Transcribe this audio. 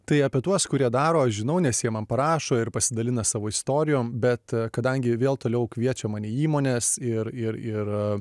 tai apie tuos kurie daro aš žinau nes jie man parašo ir pasidalina savo istorijom bet kadangi vėl toliau kviečia mane įmonės ir ir ir